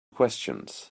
questions